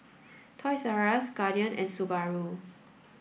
Toys R Us Guardian and Subaru